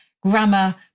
grammar